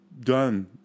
done